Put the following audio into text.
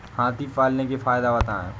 हाथी पालने के फायदे बताए?